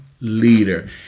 leader